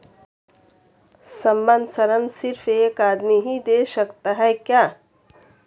संबंद्ध ऋण सिर्फ एक आदमी ही दे सकता है क्या?